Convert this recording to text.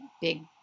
big